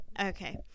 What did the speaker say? okay